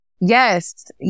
Yes